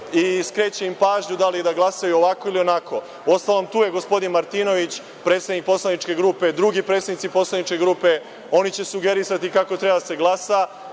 i skreće im pažnju da li da glasaju ovako ili onako. Uostalom, tu je gospodin Martinović, predsednik poslaničke grupe, drugi predsednici poslaničke grupe, oni će sugerisati kako treba da se glasa